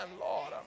Lord